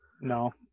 No